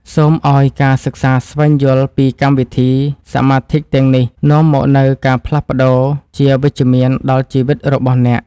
សូមឱ្យការសិក្សាស្វែងយល់ពីកម្មវិធីសមាធិទាំងនេះនាំមកនូវការផ្លាស់ប្តូរជាវិជ្ជមានដល់ជីវិតរបស់អ្នក។